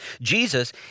Jesus